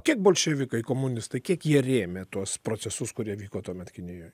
kiek bolševikai komunistai kiek jie rėmė tuos procesus kurie vyko tuomet kinijoje